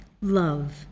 love